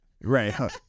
Right